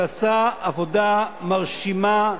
שעשה עבודה מרשימה,